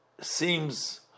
seems